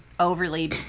Overly